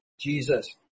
Jesus